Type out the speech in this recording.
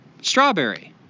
Strawberry